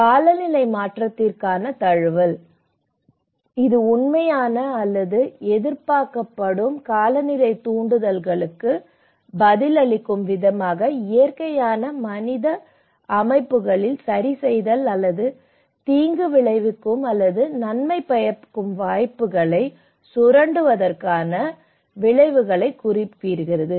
காலநிலை மாற்றத்திற்கான தழுவல் இது உண்மையான அல்லது எதிர்பார்க்கப்படும் காலநிலை தூண்டுதல்களுக்கு பதிலளிக்கும் விதமாக இயற்கையான மனித அமைப்புகளில் சரிசெய்தல் அல்லது தீங்கு விளைவிக்கும் அல்லது நன்மை பயக்கும் வாய்ப்புகளை சுரண்டுவதற்கான அவற்றின் விளைவுகளை குறிக்கிறது